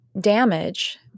damage